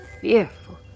fearful